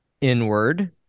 inward